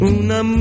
una